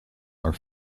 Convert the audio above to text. are